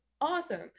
awesome